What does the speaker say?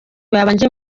babanje